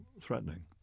threatening